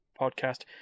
podcast